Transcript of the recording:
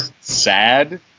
Sad